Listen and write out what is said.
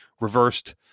reversed